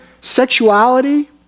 sexuality